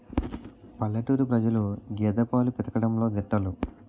పల్లెటూరు ప్రజలు గేదె పాలు పితకడంలో దిట్టలు